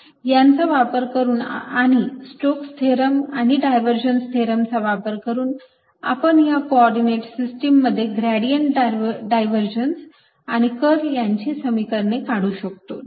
यांचा वापर करून आणि स्टोक्स थेरम Stoke's Theorem आणि डायव्हरजन्स थेरम चा वापर करून आपण या कोऑर्डिनेट सिस्टीम मध्ये ग्रेडियंट डायव्हरजन्स आणि कर्ल यांची समीकरणे काढू शकतो